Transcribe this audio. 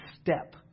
step